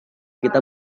kita